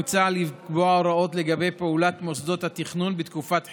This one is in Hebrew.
מוצע לקבוע הוראות לגבי פעולת מוסדות התכנון בתקופת חירום,